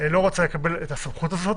לא רצה לקבל את הסמכות הזו.